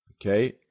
Okay